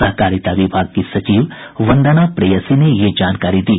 सहकारिता विभाग की सचिव वंदना प्रेयसी ने यह जानकारी दी